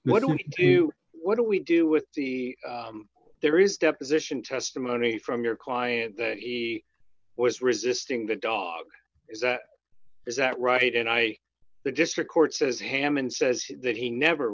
don't do what do we do with the there is deposition testimony from your client that he was resisting the dog is that is that right and i the district court says hammond says that he never